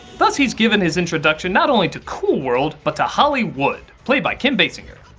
thus, he's given his introduction not only to cool world but to holli would, played by kim basinger.